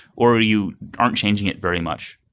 or or you aren't changing it very much.